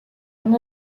and